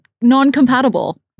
non-compatible